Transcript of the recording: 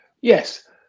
Yes